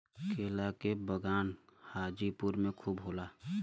केला के बगान हाजीपुर में खूब होला